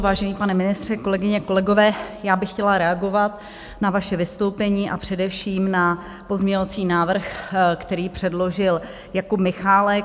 Vážený pane ministře, kolegyně, kolegové, chtěla bych reagovat na vaše vystoupení, a především na pozměňovací návrh, který předložil Jakub Michálek.